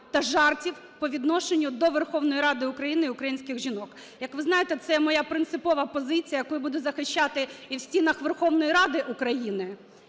та жартів по відношенню до Верховної Ради України і українських жінок. Як ви знаєте, це моя принципова позиція, яку я буду захищати і в стінах Верховної Ради України,